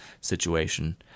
situation